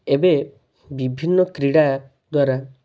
ଏବେ ବିଭିନ୍ନ କ୍ରୀଡ଼ା ଦ୍ୱାରା